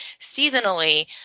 seasonally